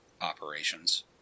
operations